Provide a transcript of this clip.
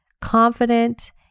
confident